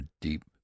deep